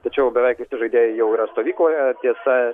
tačiau beveik visi žaidėjai jau yra stovykloje tiesa